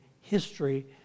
history